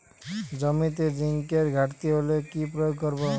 জমিতে জিঙ্কের ঘাটতি হলে কি প্রয়োগ করব?